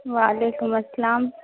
و علیکم السلام